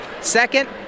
Second